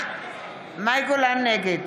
נגד